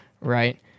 Right